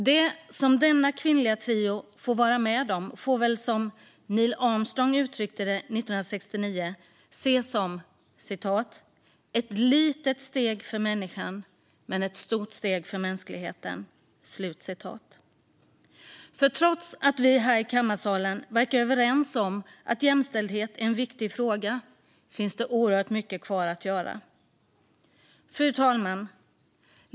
Det som denna kvinnliga trio fick vara med om får väl, som Neil Armstrong uttryckte det 1969, ses som ett litet steg för människan men ett stort steg för mänskligheten. Trots att vi här i kammaren verkar vara överens om att jämställdhet är en viktig fråga finns det oerhört mycket kvar att göra. Fru talman!